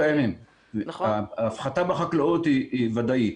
ההפחתה בחקלאות היא ודאית.